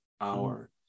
hour